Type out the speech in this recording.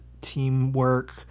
teamwork